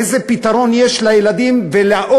איזה פתרון יש באופק